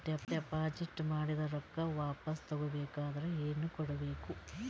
Deposit ಮಾಡಿದ ರೊಕ್ಕ ವಾಪಸ್ ತಗೊಬೇಕಾದ್ರ ಏನೇನು ಕೊಡಬೇಕು?